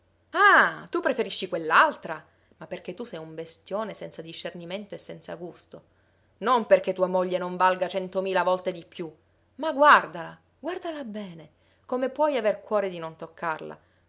ah tu preferisci quell'altra ma perché tu sei un bestione senza discernimento e senza gusto non perché tua moglie non valga centomila volte di più ma guardala guardala bene come puoi aver cuore di non toccarla